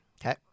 Okay